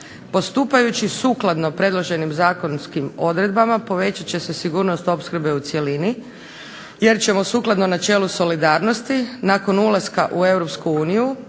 Postupajući sukladno predloženim zakonskim odredbama povećat će se sigurnost opskrbe u cjelini jer ćemo sukladno načelu solidarnosti nakon ulaska u